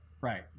Right